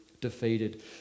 defeated